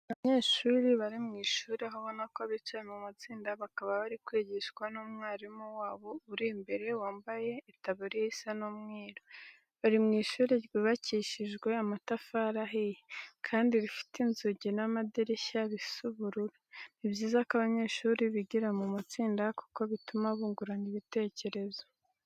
Ni abanyeshuri bari mu ishuri aho ubona ko bicaye mu matsinda bakaba bari kwigishwa n'umwarimu wabo uri imbere wambaye itaburuya isa umweru. Bari mu ishuri ryubakishijwe amatafari ahiye kandi rifite inzugi n'amadirishya bisa ubururu. Ni byiza ko abanyeshuri bigira mu matsinda kuko bituma bungurana ibitekerezo.